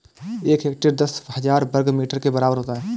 एक हेक्टेयर दस हज़ार वर्ग मीटर के बराबर होता है